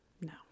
No